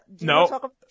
no